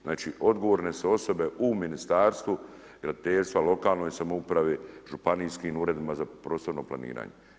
Znači odgovorne su osobe u Ministarstvu graditeljstva, lokalnoj samoupravi, županijskim uredima za prostorno planiranje.